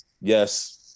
yes